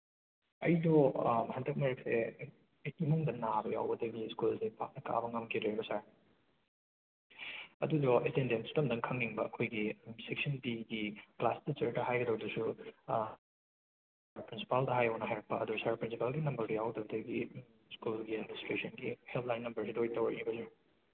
ꯑꯩꯗꯣ ꯍꯟꯗꯛ ꯃꯔꯛꯁꯦ ꯏꯃꯨꯡꯗ ꯅꯥꯕ ꯌꯥꯎꯕꯗꯒꯤ ꯁ꯭ꯀꯨꯜꯁꯦ ꯄꯥꯛꯅ ꯀꯥꯕ ꯉꯝꯈꯤꯗ꯭ꯔꯦꯕ ꯁꯥꯔ ꯑꯗꯨꯗꯣ ꯑꯦꯇꯦꯟꯗꯦꯟꯁꯇꯣ ꯑꯝꯇꯪ ꯈꯪꯅꯤꯡꯕ ꯑꯩꯈꯣꯏꯒꯤ ꯁꯦꯛꯁꯟ ꯕꯤꯒꯤ ꯀ꯭ꯂꯥꯁ ꯇꯤꯆꯔꯗ ꯍꯥꯏꯒꯗꯧꯗꯨꯁꯨ ꯁꯥꯔ ꯄ꯭ꯔꯤꯟꯁꯤꯄꯥꯜꯗ ꯍꯥꯏꯌꯣꯅ ꯍꯥꯏꯔꯛꯄ ꯑꯗꯨ ꯁꯥꯔ ꯄ꯭ꯔꯤꯟꯁꯤꯄꯥꯜꯒꯤ ꯅꯝꯕꯔꯗꯨ ꯌꯥꯎꯗꯕꯗꯒꯤ ꯁ꯭ꯀꯨꯜꯒꯤ ꯑꯦꯗꯃꯤꯅꯤꯁꯇ꯭ꯔꯦꯁꯟꯒꯤ ꯍꯦꯜꯞꯂꯥꯏꯟ ꯅꯝꯕꯔꯁꯤꯗ ꯑꯣꯏ ꯇꯧꯔꯛꯏꯕꯅꯤ